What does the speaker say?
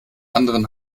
anderen